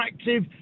attractive